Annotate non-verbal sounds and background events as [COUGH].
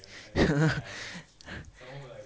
[LAUGHS]